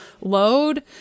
load